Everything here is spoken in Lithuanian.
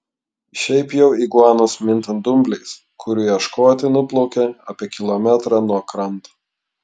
šiaip jau iguanos minta dumbliais kurių ieškoti nuplaukia apie kilometrą nuo kranto